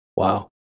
Wow